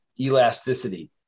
Elasticity